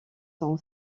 son